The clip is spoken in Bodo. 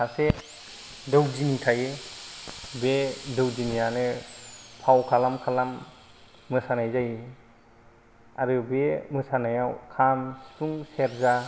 सासे दौदिनि थायो बे दौदिनियानो फाव खालाम खालाम मोसानाय जायो आरो बे मोसानायाव खाम सिफुं सेरजा